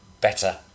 better